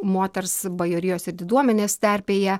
moters bajorijos ir diduomenės terpėje